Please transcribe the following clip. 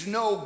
no